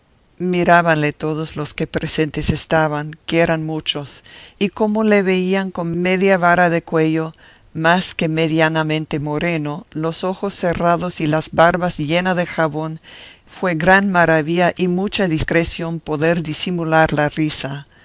imaginar mirábanle todos los que presentes estaban que eran muchos y como le veían con media vara de cuello más que medianamente moreno los ojos cerrados y las barbas llenas de jabón fue gran maravilla y mucha discreción poder disimular la risa